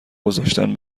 گذاشتن